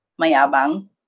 mayabang